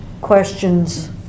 questions